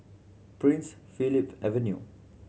Prince Philip Avenue